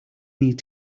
need